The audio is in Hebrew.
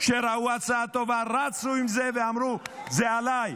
כשראו הצעה טובה, רצו עם זה ואמרו: זה עליי.